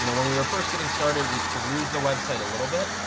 you know when we were first getting started, we perused the website a little bit,